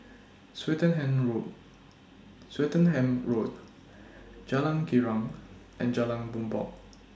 Swettenham Road Swettenham Road Jalan Girang and Jalan Bumbong